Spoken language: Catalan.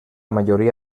majoria